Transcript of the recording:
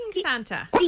Santa